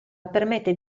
permette